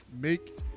make